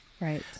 Right